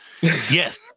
Yes